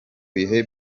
bihe